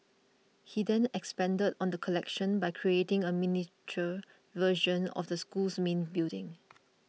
he then expanded on the collection by creating a miniature version of the school's main building